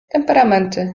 temperamenty